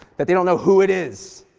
that they don't know who it is,